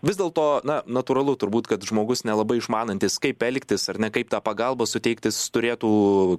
vis dėl to na natūralu turbūt kad žmogus nelabai išmanantis kaip elgtis ar ne kaip tą pagalbą suteikti turėtų